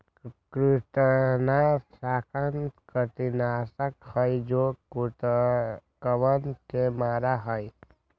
कृंतकनाशक कीटनाशक हई जो कृन्तकवन के मारा हई